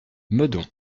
meudon